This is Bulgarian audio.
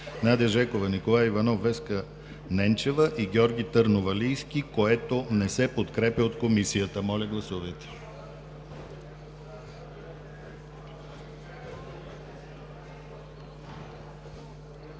Надя Жекова, Николай Иванов, Веска Ненчева и Георги Търновалийски, което не се подкрепя от Комисията. Моля, гласувайте.